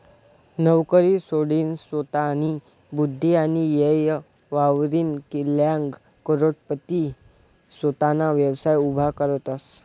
नवकरी सोडीनसोतानी बुध्दी आणि येय वापरीन कित्लाग करोडपती सोताना व्यवसाय उभा करतसं